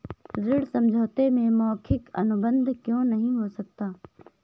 ऋण समझौते में मौखिक अनुबंध क्यों नहीं हो सकता?